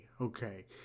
okay